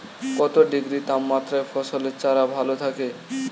কত ডিগ্রি তাপমাত্রায় ফসলের চারা ভালো থাকে?